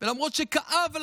ולמרות שכאב לנו,